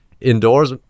indoors